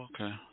Okay